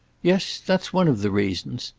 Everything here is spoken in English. yes, that's one of the reasons.